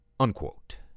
Unquote